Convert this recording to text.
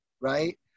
right